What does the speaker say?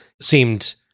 seemed